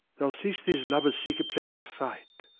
thou seest these lovers seek a place to fight.